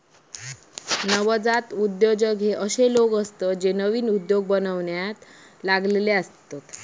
नवजात उद्योजक हे अशे लोक असतत जे नवीन उद्योग बनवण्यात लागलेले असतत